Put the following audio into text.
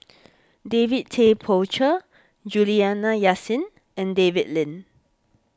David Tay Poey Cher Juliana Yasin and David Lim